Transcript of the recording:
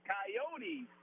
Coyotes